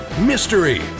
mystery